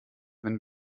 wenn